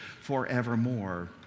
forevermore